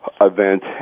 event